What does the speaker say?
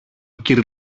κυρ